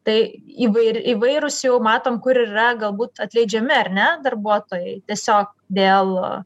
tai įvair įvairūs jau matom kur yra galbūt atleidžiami ar ne darbuotojai tiesiog dėl